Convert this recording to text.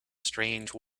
strange